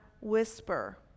whisper